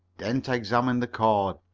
dent examined the cord.